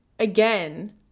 Again